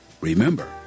Remember